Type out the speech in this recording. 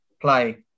play